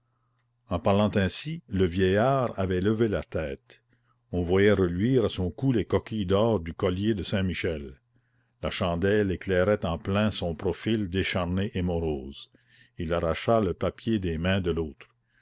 en parlant ainsi le vieillard avait levé la tête on voyait reluire à son cou les coquilles d'or du collier de saint-michel la chandelle éclairait en plein son profil décharné et morose il arracha le papier des mains de l'autre